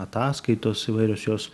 ataskaitos įvairios jos